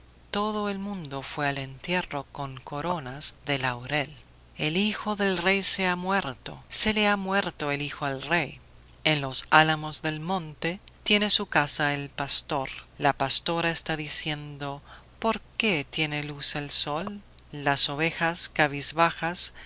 todo el mundo fue al entierro con coronas de laurel el hijo del rey se ha muerto se le ha muerto el hijo al rey en los álamos del monte tiene su casa el pastor la pastora está diciendo por qué tiene luz el sol las ovejas cabizbajas